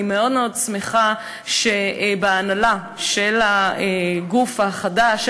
אני מאוד שמחה שההנהלה של הגוף החדש,